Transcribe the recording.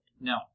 No